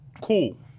Cool